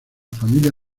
familia